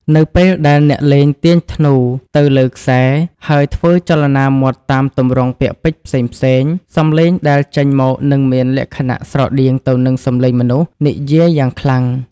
នៅពេលដែលអ្នកលេងទាញធ្នូទៅលើខ្សែ ហើយធ្វើចលនាមាត់តាមទម្រង់ពាក្យពេចន៍ផ្សេងៗ សម្លេងដែលចេញមកនឹងមានលក្ខណៈស្រដៀងទៅនឹងសម្លេងមនុស្សនិយាយយ៉ាងខ្លាំង។